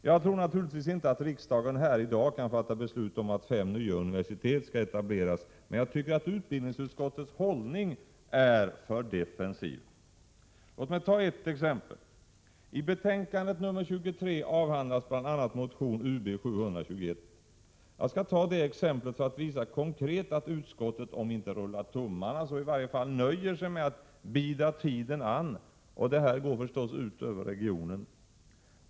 Jag tror naturligtvis inte att riksdagen i dag kan fatta beslut om att fem nya universitet skall etableras, men jag tycker att utbildningsutskottets hållning är alltför defensiv. Låt mig ta ett exempel. I betänkande nr 23 avhandlas bl.a. motion Ub721. Jag skall ta det exemplet för att visa konkret att man i utskottet om inte rullar tummarna så i varje fall nöjer sig med att bida tiden, och detta går ut över regionen.